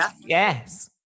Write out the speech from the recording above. yes